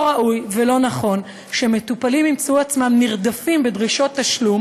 לא ראוי ולא נכון שמטופלים ימצאו עצמם נרדפים בדרישות תשלום